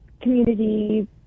community